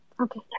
Okay